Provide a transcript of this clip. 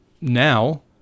Now